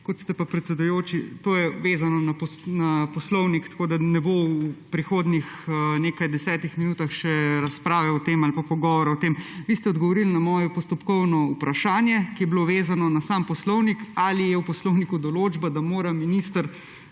oziroma odvetnice. To je vezano na poslovnik, tako da ne bo v prihodnjih nekaj desetih minutah še razprave o tem ali pa pogovora o tem. Vi ste odgovorili na moje postopkovno vprašanje, ki je bilo vezano na sam poslovnik, ali je v poslovniku določba, da mora minister